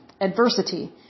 adversity